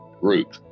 group